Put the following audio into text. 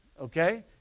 okay